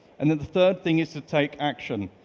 and then the third thing is to take action.